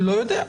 לא יודע.